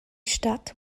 stadt